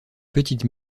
petites